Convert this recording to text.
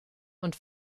und